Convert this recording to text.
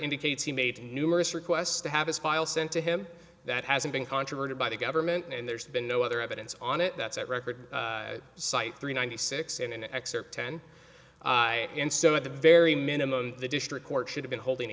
indicates he made numerous requests to have his file sent to him that hasn't been controverted by the government and there's been no other evidence on it that's at record cite three ninety six in an excerpt ten instead at the very minimum the district court should have been holding a